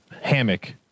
Hammock